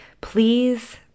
please